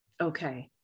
Okay